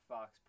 Fox